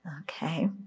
okay